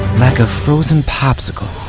like a frozen popsicle.